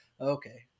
Okay